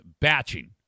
batching